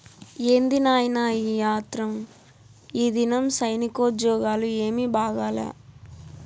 ఏంది నాయినా ఈ ఆత్రం, ఈదినం సైనికోజ్జోగాలు ఏమీ బాగాలా